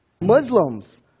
Muslims